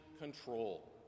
control